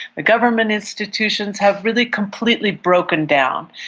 the government institutions have really completely broken down.